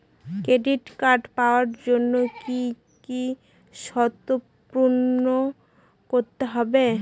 Credit card পাওয়ার জন্য কি কি শর্ত পূরণ করতে হবে?